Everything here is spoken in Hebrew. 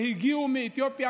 שהגיע מאתיופיה,